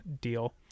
deal